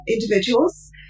individuals